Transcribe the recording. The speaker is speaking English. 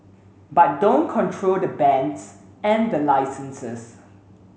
but don't control the bands and the licenses